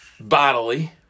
bodily